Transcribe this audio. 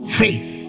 faith